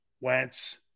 Wentz